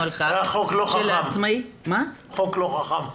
על כך שלעצמאי --- זה היה חוק לא חכם.